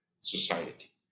society